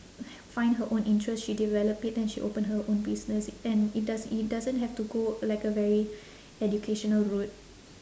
find her own interest she develop it then she open her own business and it does it doesn't have to go like a very educational road